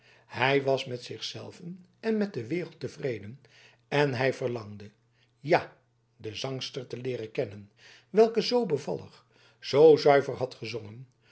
hij was met zich zelven en met de wereld tevreden en hij verlangde ja de zangster te leeren kennen welke zoo bevallig zoo zuiver had gezongen